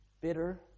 Bitter